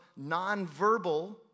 nonverbal